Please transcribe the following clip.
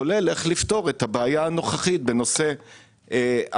כולל איך לפתור את הבעיה הנוכחית בנושא ההצמדות.